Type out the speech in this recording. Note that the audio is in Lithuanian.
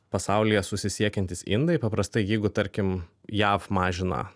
pasaulyje susisiekiantys indai paprastai jeigu tarkim jav mažina